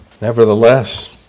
Nevertheless